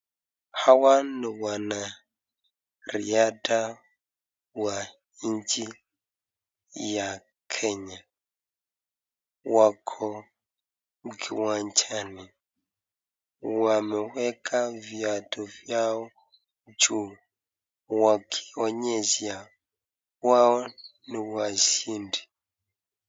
Hawa ni wanariadha wa nchi ya kenya wako kiwanjani wameweka viatu vyao juu wakionyesha wao ni washindi.